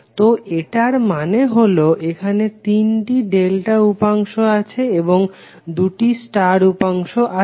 তো এটার মানে হলো এখানে তিনটি ডেল্টা উপাংশ আছে এবং দুটি স্টার উপাংশ আছে